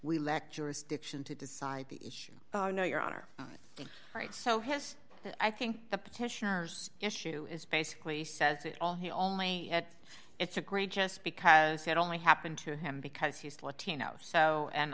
we lacked jurisdiction to decide the issue no your honor right so has i think the petitioners issue is basically says it all he only it's a great just because it only happened to him because he's latino so and